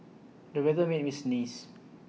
the weather made me sneeze